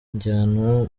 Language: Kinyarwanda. njyanwa